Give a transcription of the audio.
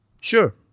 Sure